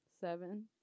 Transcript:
Seven